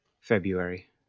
February